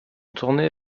tournée